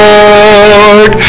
Lord